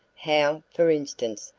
how, for instance,